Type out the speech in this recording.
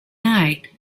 night